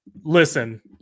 listen